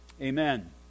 amen